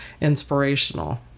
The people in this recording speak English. inspirational